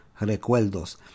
Recuerdos